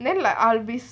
then like I'll be